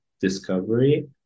discovery